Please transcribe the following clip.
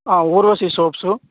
Urvashi soaps